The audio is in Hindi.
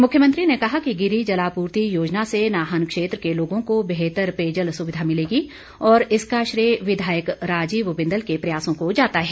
मुख्यमंत्री ने कहा कि गिरि जलापूर्ति योजना से नाहन क्षेत्र के लोगों को बेहतर पेयजल सुविधा मिलेगी और इसका श्रेय विधायक राजीव बिंदल के प्रयासों को जाता है